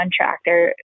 contractor